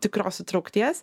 tikros įtraukties